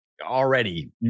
already